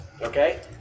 Okay